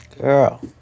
Girl